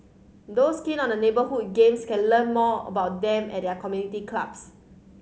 those keen on the neighbourhood games can learn more about them at their community clubs